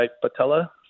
patella